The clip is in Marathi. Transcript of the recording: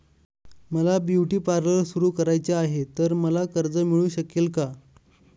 मला ब्युटी पार्लर सुरू करायचे आहे तर मला कर्ज मिळू शकेल का?